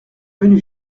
venu